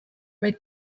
red